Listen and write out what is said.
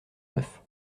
neuf